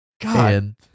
God